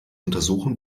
untersuchen